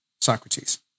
Socrates